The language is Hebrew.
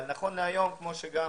אבל נכון להיום, כפי שגם